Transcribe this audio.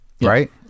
Right